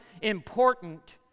important